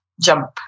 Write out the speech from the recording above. jump